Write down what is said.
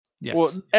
Yes